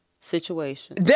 situation